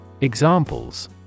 Examples